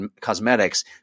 cosmetics